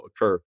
occur